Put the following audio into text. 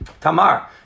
Tamar